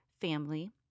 family